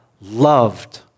loved